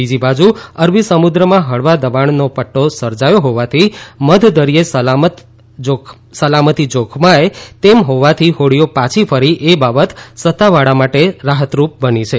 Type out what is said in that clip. બીજી બાજુ અરબી સમુદ્ર માં ફળવા દબાણ નો પદ્દો સર્જાથો હોવાથી મધદરિયે સલામતી જોખમાય તેમ હોવાથી હોડીઓ પાછી ફરી એ બાબત સતાવાળા માટે રાહતરૂપ બની છે